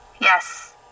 Yes